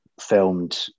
filmed